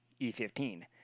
E15